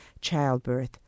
childbirth